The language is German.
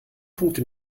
punkt